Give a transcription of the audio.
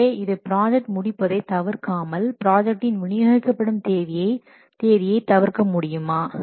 எனவே இது ப்ராஜெக்ட் முடிப்பதை தவிர்க்காமல் ப்ராஜெக்டின் வினியோகிக்கப்படும் தேதியை தவிர்க்க முடியுமா